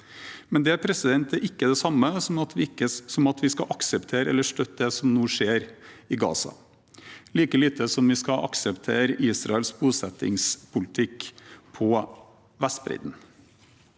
liv. Det er likevel ikke det samme som at vi skal akseptere eller støtte det som nå skjer i Gaza, like lite som vi skal akseptere Israels bosettingspolitikk på Vestbredden.